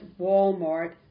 Walmart